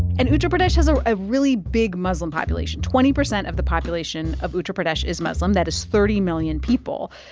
and uttar pradesh has a ah really big muslim population. twenty percent of the population of uttar pradesh is muslim. that is thirty million people.